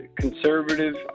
conservative